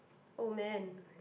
oh man